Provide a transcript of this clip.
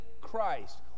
christ